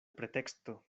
preteksto